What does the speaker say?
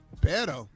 better